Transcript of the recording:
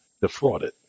defrauded